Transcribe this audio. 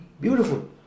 beautiful